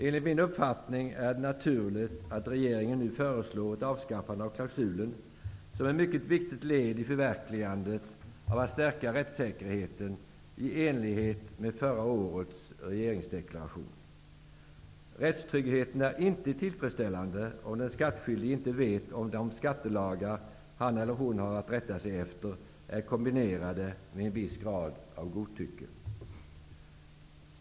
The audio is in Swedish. Enligt min uppfattning är det naturligt att regeringen nu föreslår ett avskaffande av klausulen, vilket är ett mycket viktigt led i förverkligandet av målet att stärka rättssäkerheten i enlighet med förra årets regeringsdeklaration. Rättstryggheten är inte tillfredsställande om den skattskyldige inte vet om de skattelagar han eller hon har att rätta sig efter är kombinerade med en viss grad av godtycke.